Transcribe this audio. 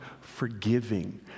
forgiving